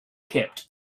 kept